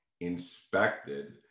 inspected